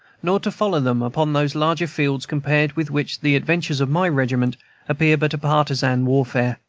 nor to follow them upon those larger fields compared with which the adventures of my regiment appear but a partisan warfare.